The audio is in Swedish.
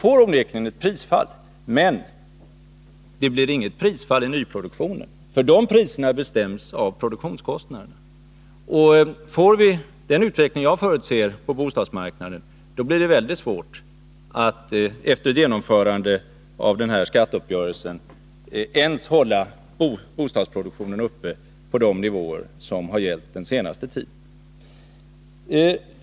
Det blir onekligen ett prisfall på villor, men det gäller inte i nyproduktionen. Priserna på dessa villor bestäms av produktionskostnaden. Blir utvecklingen på bostadsmarknaden den jag förutser, då blir det mycket svårt att, efter genomförandet av skatteuppgörelsen, ens hålla bostadsproduktionen uppe på de nivåer som har gällt den senaste tiden.